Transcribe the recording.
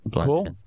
Cool